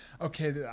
okay